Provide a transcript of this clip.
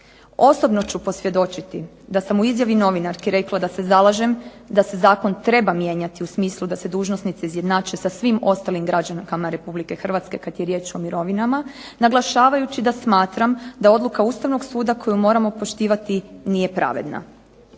Osobno ću posvjedočiti da sam u izjavi novinarke rekla da se zalažem da se zakon treba mijenjati u smislu da se dužnosnici izjednače sa svim ostalim građankama Republike Hrvatske kada je riječ o mirovinama, naglašavajući da smatram da odluka Ustavnog suda koju moramo poštivati nije pravedna.